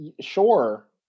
sure